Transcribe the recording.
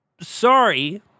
Sorry